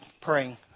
praying